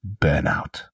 burnout